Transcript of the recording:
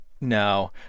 No